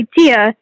idea